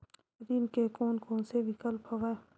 ऋण के कोन कोन से विकल्प हवय?